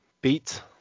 beat